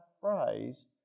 phrase